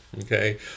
okay